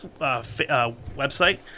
website